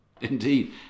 indeed